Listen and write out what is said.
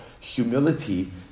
Humility